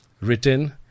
written